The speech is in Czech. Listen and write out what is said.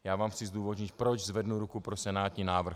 Já vám chci zdůvodnit, proč zvednu ruku pro senátní návrh.